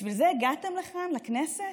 בשביל זה הגעתם לכאן לכנסת?